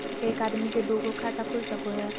एक आदमी के दू गो खाता खुल सको है?